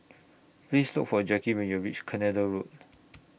Please Look For Jacki when YOU REACH Canada Road